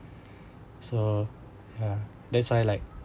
so ya that's why like